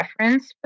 reference